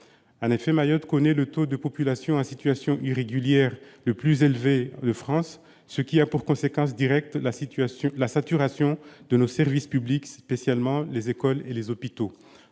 En effet, Mayotte connaît le taux de population en situation irrégulière le plus élevé de France, ce qui a pour conséquence directe la saturation de ses services publics, spécialement les écoles et les hôpitaux.